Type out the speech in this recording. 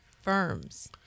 firms